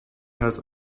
has